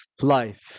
life